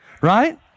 right